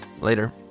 later